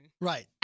Right